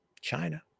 China